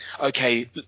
okay